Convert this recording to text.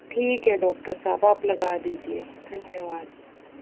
ठीक है डॉक्टर साहब आप लगा दीजिए धन्यवाद